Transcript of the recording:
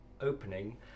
opening